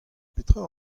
petra